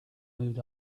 moved